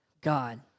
God